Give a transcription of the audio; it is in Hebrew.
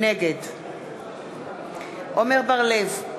נגד עמר בר-לב,